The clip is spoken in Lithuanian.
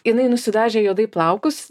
jinai nusidažė juodai plaukus